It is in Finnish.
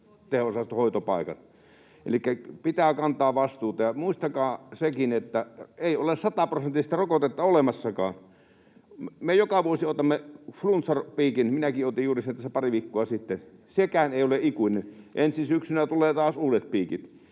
teho-osaston hoitopaikan. Elikkä pitää kantaa vastuuta. Muistakaa sekin, että ei ole 100‑prosenttista rokotetta olemassakaan. Me joka vuosi otamme flunssapiikin. Minäkin otin juuri sen tässä pari viikkoa sitten. Sekään ei ole ikuinen — ensi syksynä tulevat taas uudet piikit.